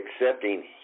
accepting